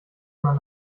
man